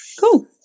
cool